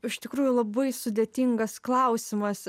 iš tikrųjų labai sudėtingas klausimas